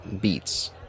beats